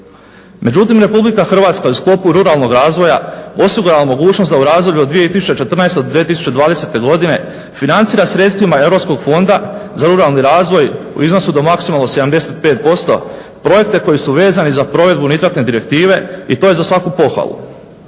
Međutim, Republika Hrvatska je u sklopu ruralnog razvoja osigurala mogućnost da u razdoblju od 2014. do 2020. godine financira sredstvima Europskog fonda za ruralni razvoj u iznosu do maksimalno 75% projekte koji su vezani za provedbu nitratne direktive i to je za svaku pohvalu.